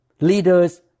leaders